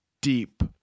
deep